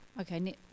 Okay